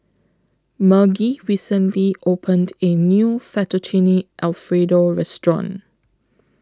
Margie recently opened A New Fettuccine Alfredo Restaurant